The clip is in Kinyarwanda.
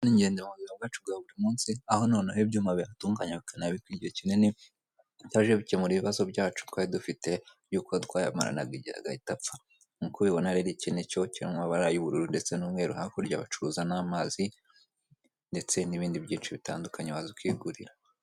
Amazi ni ingenzi mubuzima wacu bwa buri munsi aho noneho ibyuma bihatunganya bikanabika igihe kinini byaje bikemura ibibazo byacu twari dufite yuko twayamaranaga igihe agahita apfa nkuko ubibona rero iki ni cyo kiri mumabara y'ubururu ndetse n'umweru hakurya bacuruza n'amazi ndetse n'ibindi byiciro bitandukanye waza ukigurira.